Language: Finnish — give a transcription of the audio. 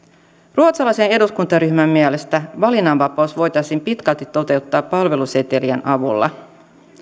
ruotsalaisen eduskuntaryhmän mielestä valinnanvapaus voitaisiin pitkälti toteuttaa palvelusetelien avulla